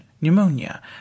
pneumonia